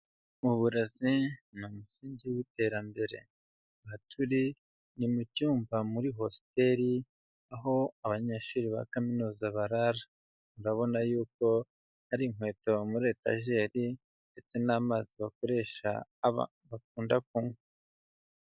Uburezi ni umusingi w'iterambere aha turi ni mu cyumba muri hostel aho abanyeshuri ba kaminuza barara, urabona yuko ari inkweto muri etajeri ndetse n'amazi bakoresha aba bakunda kunywa.